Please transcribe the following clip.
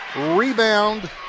Rebound